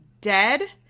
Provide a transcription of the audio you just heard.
dead